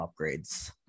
upgrades